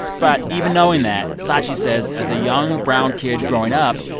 but even knowing that, scaachi says as a young, brown kid growing up,